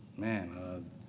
Man